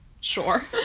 Sure